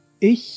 ich